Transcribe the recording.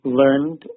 learned